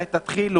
תתחילו